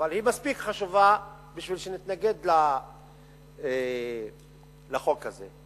אבל היא מספיק חשובה בשביל שנתנגד לחוק הזה,